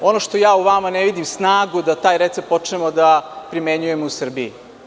Ono što u vama ja ne vidim jeste snagu da taj recept počnemo da primenjujemo u Srbiji.